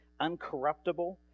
uncorruptible